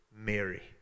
mary